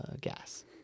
gas